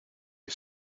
you